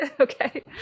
okay